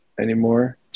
anymore